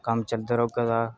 कम्म चलदा रौह्ग